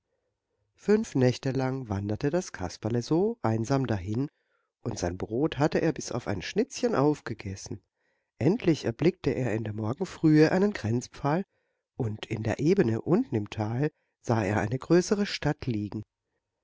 fünf nächte lang wanderte das kasperle so einsam dahin und sein brot hatte er bis auf ein schnitzchen aufgegessen endlich erblickte er in der morgenfrühe einen grenzpfahl und in der ebene unten im tal sah er eine größere stadt liegen